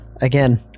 Again